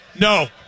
No